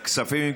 כספים?